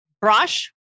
brush